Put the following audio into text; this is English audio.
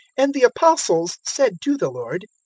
and the apostles said to the lord,